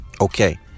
Okay